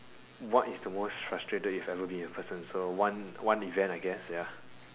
what is the most frustrated you've ever been with a person so one event I guess ya